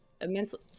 Immensely